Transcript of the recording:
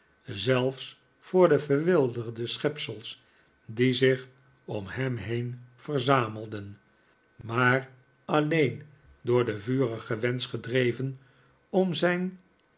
zelfs voor de verwilderde schepsels die zich om hem heen verzamelden maar alleen door den vurigen wensch gedreven om zijn